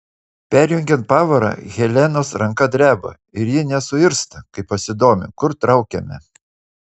perjungiant pavarą helenos ranka dreba ir ji nesuirzta kai pasidomiu kur traukiame